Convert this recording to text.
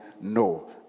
no